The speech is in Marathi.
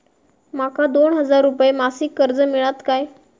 माका दोन हजार रुपये मासिक कर्ज मिळात काय?